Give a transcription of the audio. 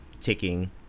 ticking